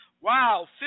Wow